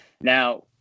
now